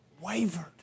wavered